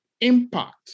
impact